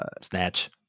snatch